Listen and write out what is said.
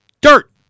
dirt